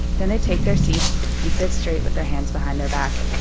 then they take their seats and sit straight with their hands behind their back.